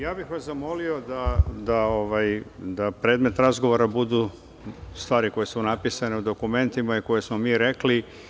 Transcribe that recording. Ja bih vas zamolio da predmet razgovora budu stvari koje su napisane u dokumentima i koje smo mi rekli.